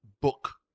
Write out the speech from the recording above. Book